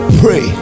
pray